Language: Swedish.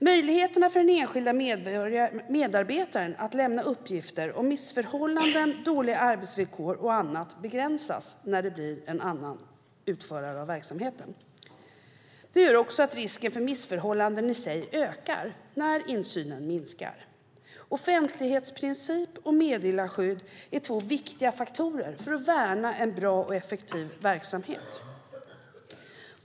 Möjligheterna för den enskilda medarbetaren att lämna uppgifter om missförhållanden, dåliga arbetsvillkor och annat begränsas när det blir en annan utförare av verksamheten. Risken för missförhållanden i sig ökar också när insynen minskar. Offentlighetsprincip och meddelarskydd är två viktiga faktorer för att värna en bra och effektiv verksamhet.